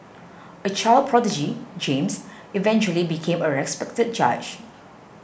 a child prodigy James eventually became a respected judge